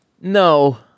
no